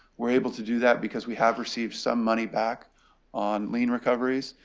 we're able to do that because we have received some money back on lien recoveries.